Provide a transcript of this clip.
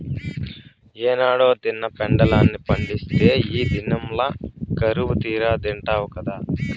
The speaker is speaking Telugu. ఏనాడో తిన్న పెండలాన్ని పండిత్తే ఈ దినంల కరువుతీరా తిండావు గదా